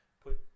Put